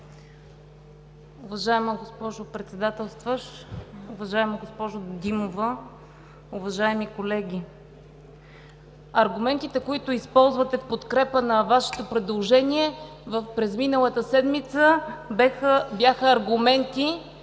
Уважаема госпожо Председателстващ, уважаема госпожо Димова, уважаеми колеги! Аргументите, които използвате в подкрепа на Вашето предложение, през миналата седмица бяха аргументи,